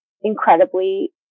incredibly